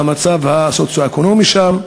מה המצב הסוציו-אקונומי שם,